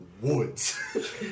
woods